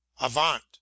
Avant